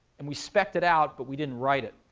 and we specced it out, but we didn't write it.